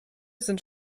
sind